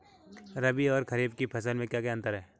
रबी और खरीफ की फसल में क्या अंतर है?